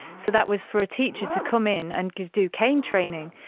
so, that was for a teacher to come in and do cane training.